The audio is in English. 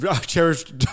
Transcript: cherished